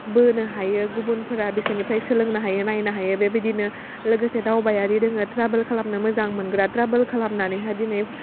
बोनो हायो गुबुनफोरा बेसोरनिफ्राय सोलोंनो हायो नायनो हायो बेबायदिनो लोगोसे दावबायारि दोङो ट्राभोल खालामनो मोजां मोनग्रा ट्राभोल खालामनानैहाय दिनै